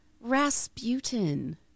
Rasputin